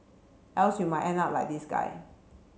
else you might end up like this guy